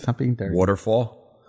waterfall